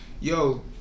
Yo